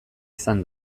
izan